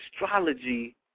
astrology